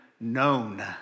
known